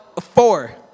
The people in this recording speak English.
Four